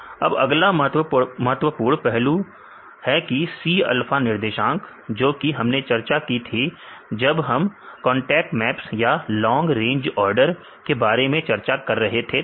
अब अगला महत्वपूर्ण पहलू है की C अल्फा निर्देशांक जो कि हमने चर्चा की थी जब हम कांटेक्ट मैप्स या लॉन्ग रेंज आर्डर के बारे में चर्चा कर रहे थे तब